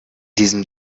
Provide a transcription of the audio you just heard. diesem